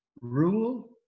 Rule